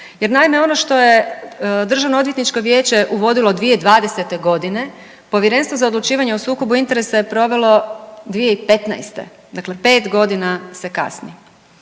jer naime ono što je Državno odvjetničko vijeće uvodilo 2020. godine Povjerenstvo za odlučivanje o sukobu interesa je provelo 2015., dakle 5 godina se kasni.